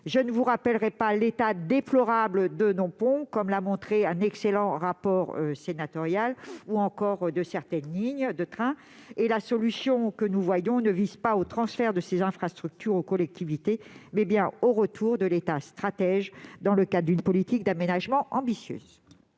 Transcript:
Je ne vous rappellerai pas l'état déplorable de nos ponts, comme l'a montré un excellent rapport sénatorial, ou encore celui de certaines lignes de train. Nous ne proposons pas le transfert de ces infrastructures aux collectivités, mais bien le retour d'un État stratège dans le cadre d'une politique d'aménagement ambitieuse.